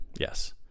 Yes